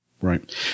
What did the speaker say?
Right